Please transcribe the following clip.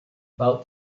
about